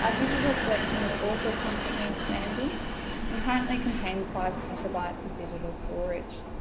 ah digital collection is also constantly expanding and currently contains five petabytes of digital storage.